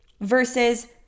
versus